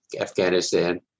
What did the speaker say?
Afghanistan